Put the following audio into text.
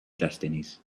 destinies